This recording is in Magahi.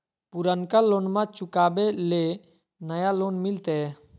पुर्नका लोनमा चुकाबे ले नया लोन मिलते?